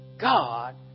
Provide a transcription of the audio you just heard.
God